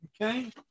Okay